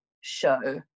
show